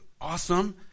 Awesome